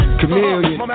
chameleon